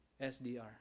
SDR